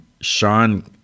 Sean